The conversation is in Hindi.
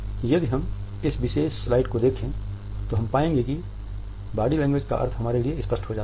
यदि हम इस विशेष स्लाइड को देखें तो हम पाएंगे कि बॉडी लैंग्वेज का अर्थ हमारे लिए स्पष्ट हो जाता है